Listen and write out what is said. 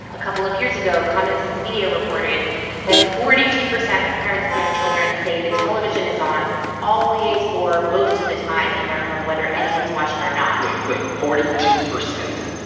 a couple of years ago, common sense media reported that forty two percent of parents of young children say the television is on always or most of the time in their home, whether anyone's watching or not wait. wait forty two percent?